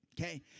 Okay